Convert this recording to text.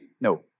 No